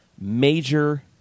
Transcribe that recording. major